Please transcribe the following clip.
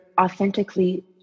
authentically